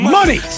Money